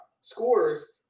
scores